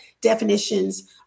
definitions